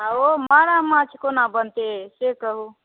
हँ ओ मारा माछ कोना बनतै से कहू